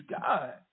God